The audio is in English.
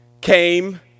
came